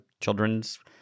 children's